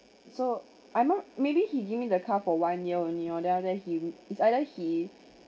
so I'm not maybe he give me the car for one year only or then ah then he is either he